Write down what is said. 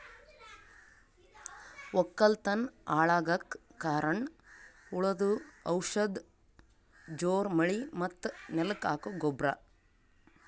ವಕ್ಕಲತನ್ ಹಾಳಗಕ್ ಕಾರಣ್ ಹುಳದು ಔಷಧ ಜೋರ್ ಮಳಿ ಮತ್ತ್ ನೆಲಕ್ ಹಾಕೊ ಗೊಬ್ರ